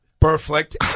Perfect